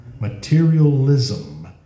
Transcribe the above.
materialism